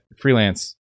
freelance